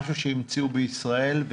משהו שהמציאו בישראל,